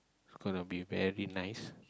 it's gonna be very nice